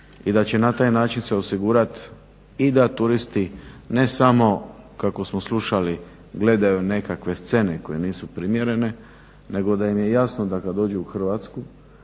i da će na taj način se osigurati i da turisti ne samo kako smo slušali gledaju nekakve scene koje nisu primjerene nego da im je jasno da kad dođu u Hrvatsku